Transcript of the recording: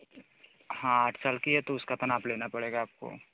हाँ आठ साल की है तो उसका तो नाप लेना पड़ेगा आपको